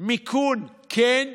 מיכון כן?